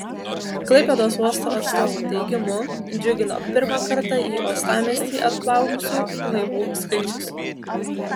klaipėdos uosto atstovų teigimu džiugino pirmą kartą į uostamiestį atplaukusių laivų skaičius